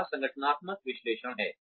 पहला संगठनात्मक विश्लेषण है